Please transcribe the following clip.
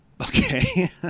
Okay